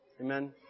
Amen